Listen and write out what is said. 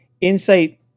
insight